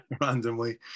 randomly